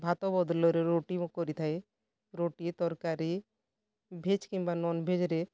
ଭାତ ବଦଲରେ ରୁଟି ମୁଁ କରିଥାଏ ରୁଟି ତରକାରୀ ଭେଜ୍ କିମ୍ବା ନନ୍ଭେଜ୍ରେ